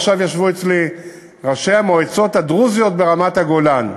עכשיו ישבו אצלי ראשי המועצות הדרוזיות ברמת-הגולן.